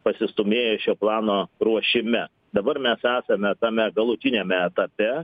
pasistūmėja šio plano ruošime dabar mes esame tame galutiniame etape